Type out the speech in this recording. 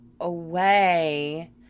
away